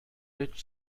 ditch